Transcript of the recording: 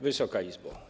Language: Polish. Wysoka Izbo!